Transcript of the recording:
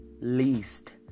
least